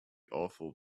awful